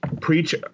preach